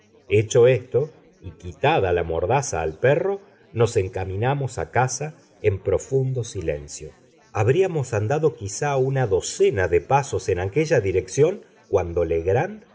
hecho esto y quitada la mordaza al perro nos encaminamos a casa en profundo silencio habríamos andado quizá una docena de pasos en aquella dirección cuando legrand se